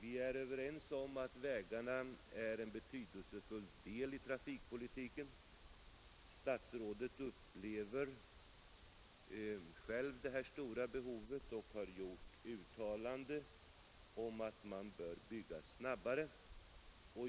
Vi är överens om att vägarna är en betydelsefull del i trafikpolitiken. Statsrådet upplever själv det stora behovet och har gjort ett uttalande om att man bör bygga snabbare.